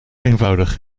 eenvoudig